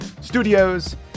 studios